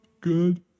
Good